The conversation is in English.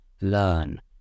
learn